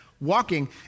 walking